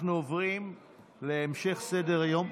אנחנו עוברים להמשך סדר-היום.